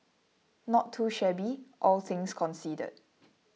not too shabby all things considered